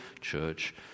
church